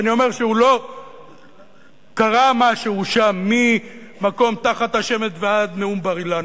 ואני אומר שקרה משהו שם מ"מקום תחת השמש" ועד נאום בר-אילן,